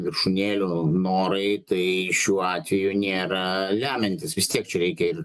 viršūnėlių norai tai šiuo atveju nėra lemiantys vis tiek čia reikia ir